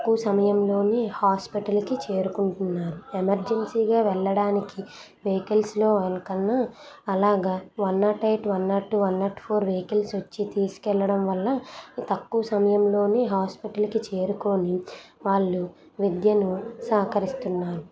తక్కువ సమయంలోనే హాస్పిటల్కి చేరుకుంటున్నారు ఎమర్జెన్సీగా వెళ్ళడానికి వెయ్కల్స్లో కన్నా అలాగా one nought eight one nought two one nought four vehicles వచ్చి తీసుకెళ్ళడం వల్ల తక్కువ సమయంలోనే హాస్పిటల్కి చేరుకొని వాళ్ళు విద్యను సహకరిస్తున్నారు